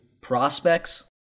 prospects